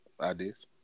ideas